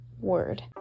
Word